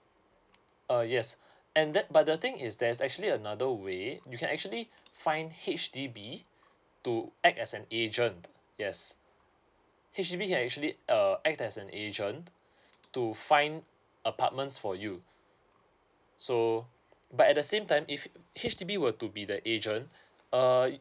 uh yes and that but the thing is there's actually another way you can actually find H_D_B to act as an agent yes H_D_B can actually err act as an agent to find apartments for you so but at the same time if H_D_B were to be the agent err